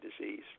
disease